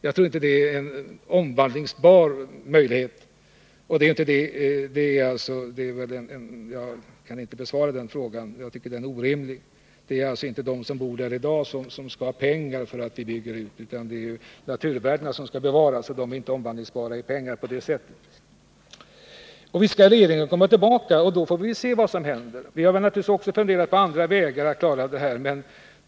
Jag kan inte besvara denna fråga, eftersom jag tycker att den är orimlig. Det är alltså inte de som bor där i dag som skall ha pengar för att vi bygger ut, utan det är naturvärdena som skall bevaras, och de är inte omvandlingsbara till pengar. Visst skall regeringen komma tillbaka till riksdagen i detta ärende, och då får vi se vad som händer. Vi har naturligtvis också funderat på andra vägar att klara det här problemet.